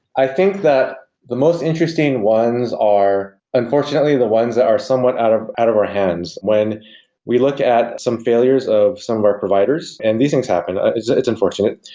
i think that the most interesting ones are unfortunately the ones that are somewhat out of out of our hands. when we look at some failures of some of our providers, and these things happen, it's it's unfortunate,